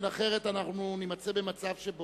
ההסתייגות של